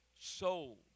sold